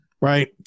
right